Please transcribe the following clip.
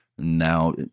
Now